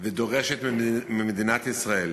ודורשת ממדינת ישראל